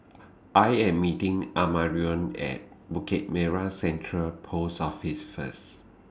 I Am meeting Amarion At Bukit Merah Central Post Office First